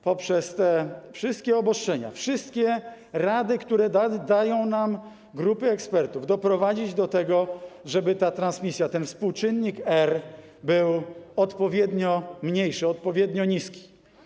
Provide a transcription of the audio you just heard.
Poprzez te wszystkie obostrzenia, wszystkie rady, które dają nam grupy ekspertów, chcemy doprowadzić do tego, żeby ta transmisja, ten współczynnik R był odpowiednio mniejszy, odpowiednio niski.